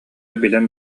билэн